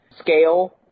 scale